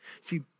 See